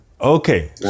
okay